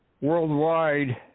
worldwide